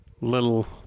little